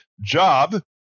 job